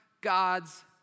God's